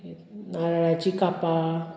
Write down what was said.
नारळाची कापां